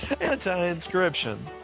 Anti-inscription